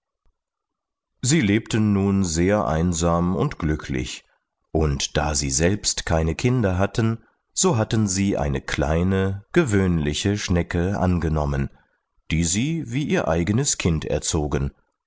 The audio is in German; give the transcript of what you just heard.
sie lebten nun sehr einsam und glücklich und da sie selbst keine kinder hatten so hatten sie eine kleine gewöhnliche schnecke angenommen die sie wie ihr eigenes kind erzogen